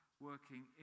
working